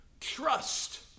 trust